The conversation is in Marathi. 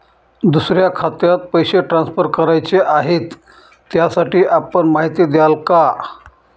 दुसऱ्या खात्यात पैसे ट्रान्सफर करायचे आहेत, त्यासाठी आपण माहिती द्याल का?